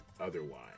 otherwise